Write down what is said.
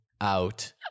out